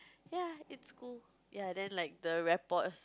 ya it's cool ya then like the rapport is